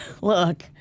look